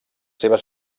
seves